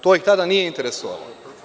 To ih tada nije interesovalo.